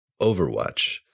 Overwatch